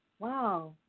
Wow